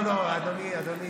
לא, לא, אדוני.